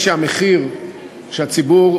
מה שרציתם.